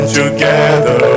together